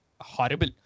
horrible